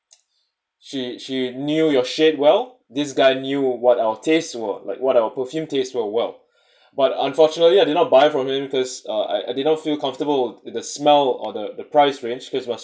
she she knew your shade well this guy knew what our tastes were like what our perfume taste were well but unfortunately I did not buy from him because uh I didn't feel comfortable with the smell or the the price range cause it was